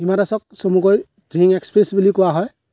হিমা দাসক চমুকৈ ধিং এক্সপ্ৰেছ বুলিও কোৱা হয়